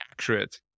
accurate